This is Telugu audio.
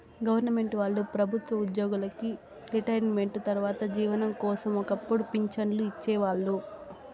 గొవర్నమెంటు వాళ్ళు ప్రభుత్వ ఉద్యోగులకి రిటైర్మెంటు తర్వాత జీవనం కోసం ఒక్కపుడు పింఛన్లు ఇచ్చేవాళ్ళు